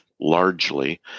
largely